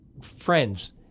friends